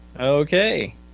Okay